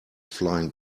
flying